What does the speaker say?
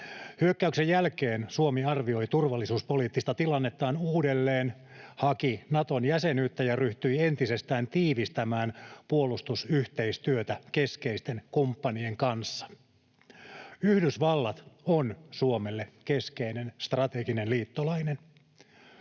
Hyökkäyksen jälkeen Suomi arvioi turvallisuuspoliittista tilannettaan uudelleen, haki Naton jäsenyyttä ja ryhtyi entisestään tiivistämään puolustusyhteistyötä keskeisten kumppanien kanssa. Yhdysvallat on Suomelle keskeinen strateginen liittolainen.